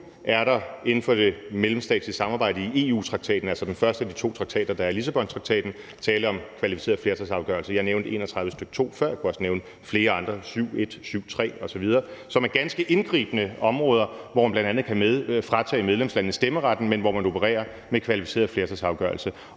nu er der inden for det mellemstatslige samarbejde i EU-traktaten – altså den første af de to traktater, Lissabontraktaten – tale om kvalificeret flertalsafgørelse. Jeg nævnte § 31, stk. 2, før, og jeg kunne også nævne flere andre –§ 7, stk. 1, § 7, stk. 3 osv. – som er ganske indgribende områder, hvor man bl.a. kan fratage medlemslandene stemmeretten, men hvor man opererer med kvalificeret flertalsafgørelse.